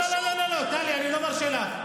לא לא לא, טלי, אני לא מרשה לך.